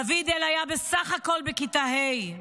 דוד-אל היה בסך הכול בכיתה י'.